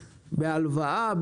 בהלוואה,